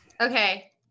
Okay